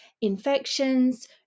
infections